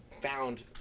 found